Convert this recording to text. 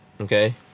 okay